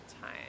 time